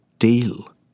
Deal